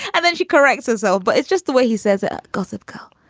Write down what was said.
and then she corrects herself. but it's just the way he says ah gossip girl.